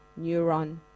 neuron